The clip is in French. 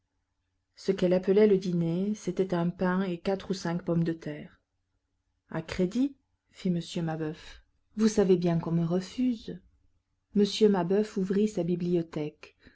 ce qu'elle appelait le dîner c'était un pain et quatre ou cinq pommes de terre à crédit fit m mabeuf vous savez bien qu'on me refuse m mabeuf ouvrit sa bibliothèque